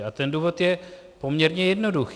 A ten důvod je poměrně jednoduchý.